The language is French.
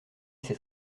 c’est